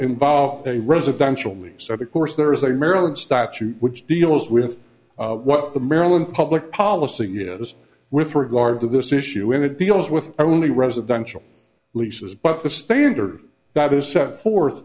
involved a residential me sort of course there is a maryland statute which deals with what the maryland public policy is with regard to this issue and it deals with only residential leases but the standard that is set forth